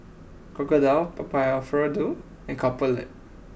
Crocodile Papa Alfredo and Couple Lab